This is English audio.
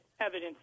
evidence